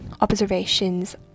observations